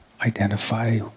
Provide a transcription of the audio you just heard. Identify